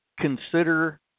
consider